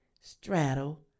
straddle